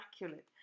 immaculate